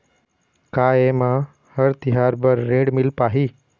का ये म हर तिहार बर ऋण मिल पाही?